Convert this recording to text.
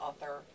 author